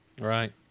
Right